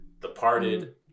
departed